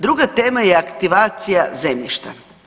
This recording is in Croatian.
Druga tema je aktivacija zemljišta.